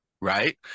right